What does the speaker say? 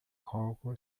cargo